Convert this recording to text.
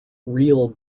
reel